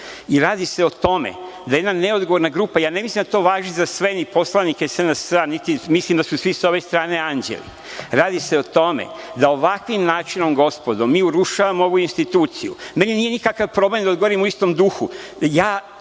jesmo. Radi se o tome da jedna neodgovorna grupa, ja ne mislim da to važi za sve, niti za poslanike SNS-a, niti mislim da su sa ove strane anđeli, ali, radi se o tome da ovakvim načinom, gospodo, mi urušavamo ovu instituciju. Meni nije nikakav problem da odgovorim u istom duhu,